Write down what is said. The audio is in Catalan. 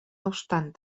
obstant